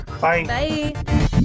bye